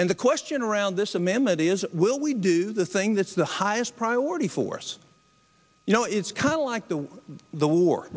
and the question around this amendment is will we do the thing that's the highest priority for us you know it's kind of like the the war